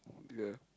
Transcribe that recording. ya